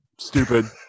stupid